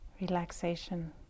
relaxation